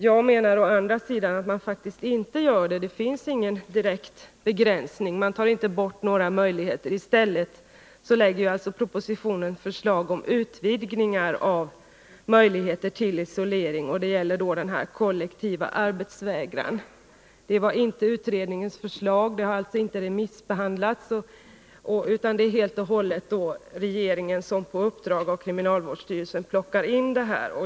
Jag menar att förslaget inte gör det — det finns ingen direkt begränsning. Man tar inte bort några möjligheter till isolering. I stället innehåller propositionen förslag om utvidgningar av möjligheten att tillgripa isolering, t.ex. vid kollektiv arbetsvägran. Det förslaget fanns inte med i utredningens betänkande och har alltså inte remissbehandlats. Det är regeringen som på uppdrag av kriminalvårdsstyrelsen plockat in det.